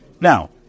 Now